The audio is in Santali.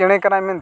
ᱪᱮᱬᱮ ᱠᱟᱱᱟᱭ ᱢᱮᱱᱛᱮ